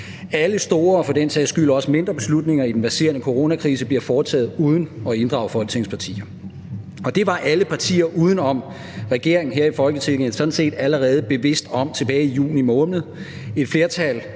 sags skyld også mindre beslutninger i den verserende coronakrise bliver foretaget uden at inddrage Folketingets partier. Det var alle partier uden for regeringen her i Folketinget sådan set allerede bevidste om tilbage i juni måned.